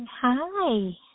Hi